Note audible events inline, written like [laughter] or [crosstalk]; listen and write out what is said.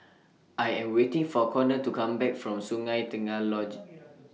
I Am waiting For Konnor to Come Back from Sungei Tengah Lodge [noise]